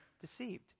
Deceived